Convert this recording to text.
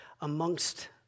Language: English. amongst